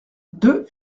deux